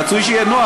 רצוי שיהיה נוח,